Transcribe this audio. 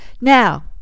Now